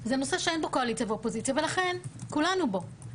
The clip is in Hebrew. זה נושא שאין בו קואליציה ואופוזיציה ולכן כולנו בו,